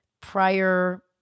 prior